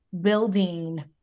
building